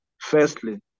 firstly